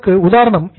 இதற்கு என்ன உதாரணம்